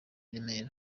remera